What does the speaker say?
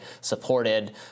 supported